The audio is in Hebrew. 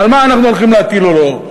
על מה אנחנו הולכים להטיל או לא?